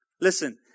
Listen